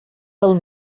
del